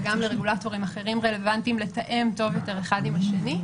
וגם לרגולטורים אחרים לתאם טוב יותר אחד עם השני.